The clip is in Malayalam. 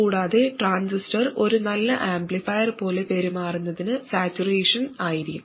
കൂടാതെ ട്രാൻസിസ്റ്റർ ഒരു നല്ല ആംപ്ലിഫയർ പോലെ പെരുമാറുന്നതിന് സാച്ചുറേഷൻ ആയിരിക്കണം